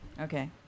Okay